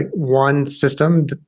like one system,